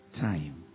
time